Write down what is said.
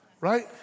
right